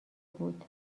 بود